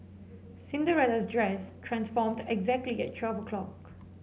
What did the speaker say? Cinderella's dress transformed exactly at twelve o'clock